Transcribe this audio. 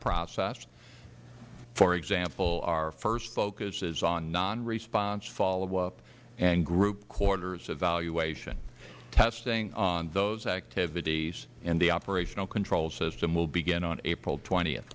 process for example our first focus is on nonresponse followup and group quarters evaluation testing on those activities and the operational control system will begin on april t